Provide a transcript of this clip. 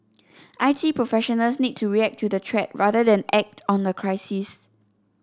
I T professionals need to react to the threat rather than act on the crisis